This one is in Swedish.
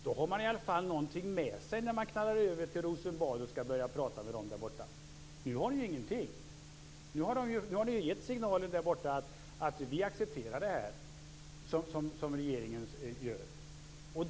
Då har man i alla fall någonting med sig när man knallar över till Rosenbad och skall börja prata med dem där borta. Nu har ni ju ingenting! Nu har ni ju gett signal dit bort att ni accepterar det som regeringen gör.